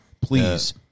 please